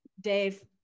Dave